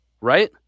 Right